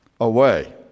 away